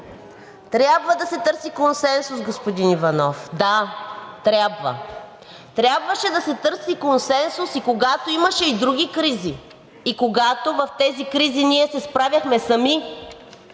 Трябва да се търси консенсус, господин Иванов. Да, трябва. Трябваше да се търси консенсус. И когато имаше и други кризи, и когато в тези кризи ние се справяхме сами,